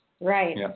Right